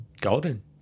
Golden